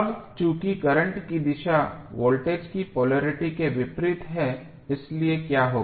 अब चूंकि करंट की दिशा वोल्टेज की पोलेरिटी के विपरीत है इसलिए क्या होगा